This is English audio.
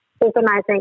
organizing